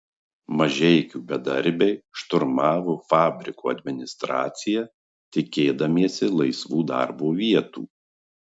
mažeikių bedarbiai šturmavo fabriko administraciją tikėdamiesi laisvų darbo vietų